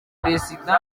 perezida